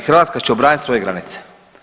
Hrvatska će obraniti svoje granice.